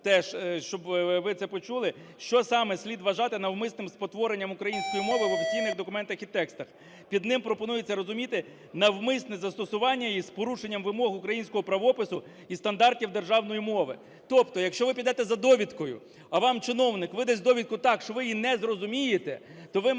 що саме слід вважати "навмисним спотворенням української мови" в офіційних документах і текстах. Під ним пропонується розуміти "навмисне застосування із порушенням вимог українського правопису і стандартів державної мови". Тобто, якщо ви підете за довідкою, а вам чиновник видасть довідку так, що ви її не зрозумієте, то ви маєте